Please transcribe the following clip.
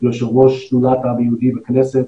יושב ראש שדולת העם היהודי בכנסת